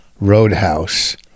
Roadhouse